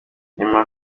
yemera